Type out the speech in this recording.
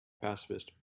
pacifist